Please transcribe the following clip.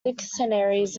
dictionaries